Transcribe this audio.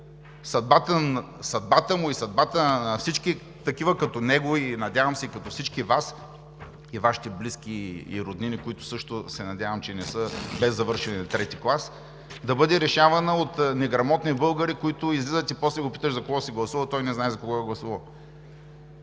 съдбата му и съдбата на всички такива като него и, надявам се, като всички Вас и Вашите близки и роднини, които също се надявам, че не са без завършен трети клас, да бъде решавана от неграмотни българи, които излизат и после го питаш: „За кого си гласувал?“, а той не знае за кого е гласувал.